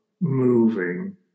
moving